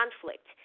conflict